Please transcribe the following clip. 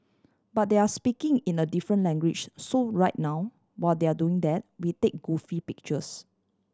but they're speaking in a different language so right now while they're doing that we take goofy pictures